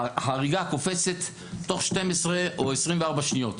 החריגה קופצת תוך 12 או 24 שניות.